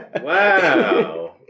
Wow